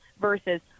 versus